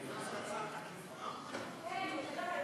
וגם ברווחה, אז מה?